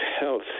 health